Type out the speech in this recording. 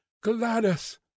Gladys